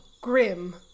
grim